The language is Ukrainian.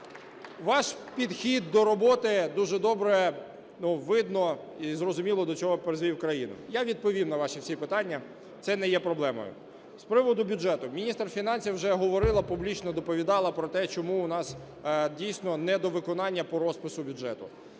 ваш підхід до роботи дуже добре видно, і зрозуміло, до чого призвів країну. Я відповім на ваші всі питання, це не є проблемою. З приводу бюджету. Міністр фінансів вже говорила, публічно доповідала про те, чому у нас дійсно недовиконання по розпису бюджету.